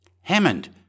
Hammond